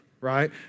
right